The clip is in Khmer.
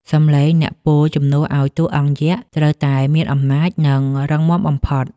សំឡេងអ្នកពោលជំនួសឱ្យតួអង្គយក្ស ត្រូវតែមានអំណាច និងរឹងមាំបំផុត។